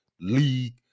League